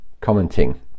commenting